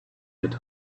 had